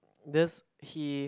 this he